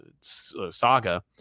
saga